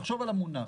תחשוב על המונח.